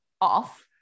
off